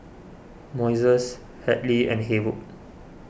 Moises Hadley and Haywood